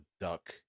duck